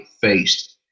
faced